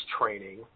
training